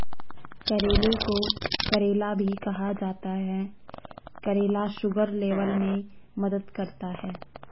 करेले को करेला भी कहा जाता है करेला शुगर लेवल में मदद करता है